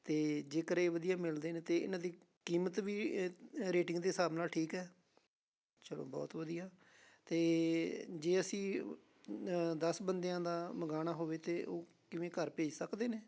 ਅਤੇ ਜੇਕਰ ਇਹ ਵਧੀਆ ਮਿਲਦੇ ਨੇ ਤਾਂ ਇਹਨਾਂ ਦੀ ਕੀਮਤ ਵੀ ਰੇਟਿੰਗ ਦੇ ਹਿਸਾਬ ਨਾਲ ਠੀਕ ਹੈ ਚਲੋ ਬਹੁਤ ਵਧੀਆ ਅਤੇ ਜੇ ਅਸੀਂ ਦਸ ਬੰਦਿਆਂ ਦਾ ਮੰਗਵਾਉਣਾ ਹੋਵੇ ਤਾਂ ਉਹ ਕਿਵੇਂ ਘਰ ਭੇਜ ਸਕਦੇ ਨੇ